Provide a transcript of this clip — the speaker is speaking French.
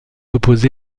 opposé